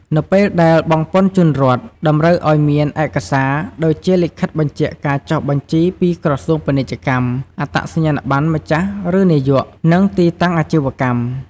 នៅពេលដែលបង់ពន្ធជូនរដ្ឋ តម្រូវអោយមាន ឯកសារ ដូចជាលិខិតបញ្ជាក់ការចុះបញ្ជីពីក្រសួងពាណិជ្ជកម្ម អត្តសញ្ញាណប័ណ្ណម្ចាស់ ឬនាយក និងទីតាំងអាជីវកម្ម។